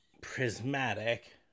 prismatic